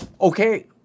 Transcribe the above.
Okay